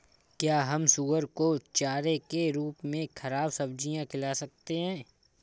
क्या हम सुअर को चारे के रूप में ख़राब सब्जियां खिला सकते हैं?